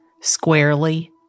squarely